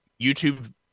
YouTube